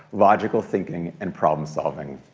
logical thinking, and problem-solving.